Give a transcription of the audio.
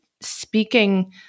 speaking